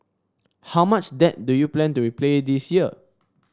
how much debt do you plan to replay this year